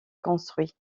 construit